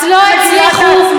מאז לא הצליחו,